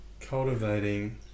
cultivating